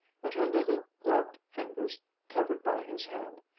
and her little gloved fingers covered by his hand,